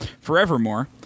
forevermore